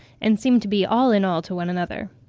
and seem to be all in all to one another.